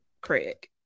Craig